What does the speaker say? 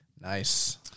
Nice